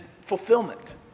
fulfillment